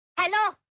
hello.